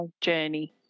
journey